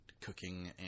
cooking